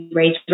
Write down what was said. raise